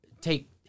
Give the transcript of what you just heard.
take